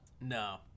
no